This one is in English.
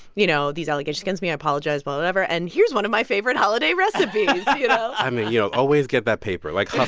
you know, these allegations against me, i apologize, but whatever. and here's one of my favorite holiday recipes you know i mean, you know, always get that paper. like